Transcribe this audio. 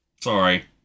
Sorry